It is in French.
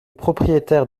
propriétaire